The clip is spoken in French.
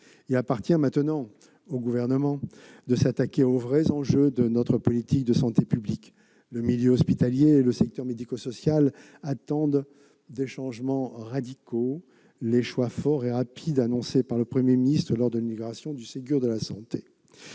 Il appartient désormais au Gouvernement de s'attaquer aux vrais enjeux de notre politique de santé publique. Le milieu hospitalier et le secteur médico-social attendent des changements radicaux, les choix forts et rapides annoncés par le Premier ministre lors de l'inauguration du Ségur de la santé.